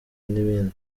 n’ibindi